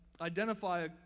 identify